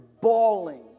bawling